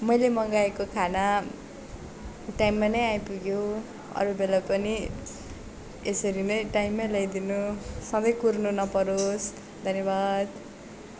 मैले मँगाएको खाना टायममा नै आइपुग्यो अरू बेला पनि यसरी नै टाइममै ल्याइदिनू सधैँ कुर्नु नपरोस् धन्यवाद